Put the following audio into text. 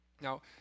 Now